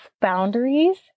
boundaries